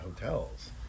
hotels